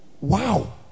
Wow